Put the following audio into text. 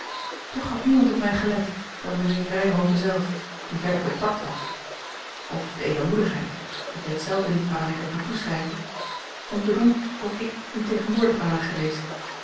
toch had niemand op mij gelet dan mijnheer ryhove zelf die verder den tact had of de edelmoedigheid ik weet zelve niet waaraan ik het moet toeschrijven om te doen of ik niet tegenwoordig ware geweest